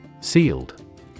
Sealed